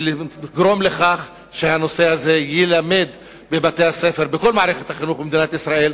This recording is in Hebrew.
ולגרום לכך שהנושא הזה יילמד בבתי-הספר ובכל מערכת החינוך במדינת ישראל.